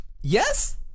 Yes